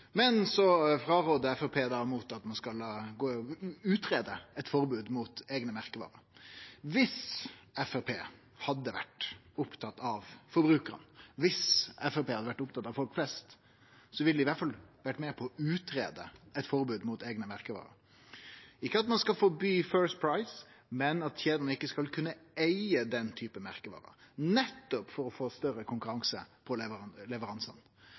eit forbod mot eigne merkevarer. Om Framstegspartiet hadde vore opptatt av forbrukarane, om Framstegspartiet hadde vore opptatt av folk flest, ville dei i alle fall vore med på å greie ut eit forbod mot eigne merkevarer. Det er ikkje det at ein skal forby First Price, men at kjedene ikkje skal kunne eige den typen merkevarer, nettopp for å få større konkurranse på leveransane.